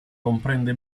comprende